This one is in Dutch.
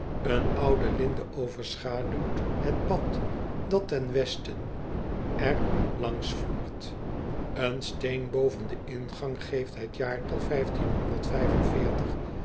en oude linde overschaduwt het pad dat ten esten er langs voert en steen boven den ingang geeft het jaartal